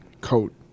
coat